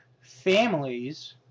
families